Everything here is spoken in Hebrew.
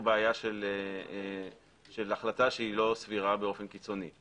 בעיה של החלטה שאינה סבירה באופן קיצוני.